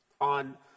on